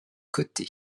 côté